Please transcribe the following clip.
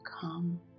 come